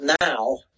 now